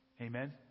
Amen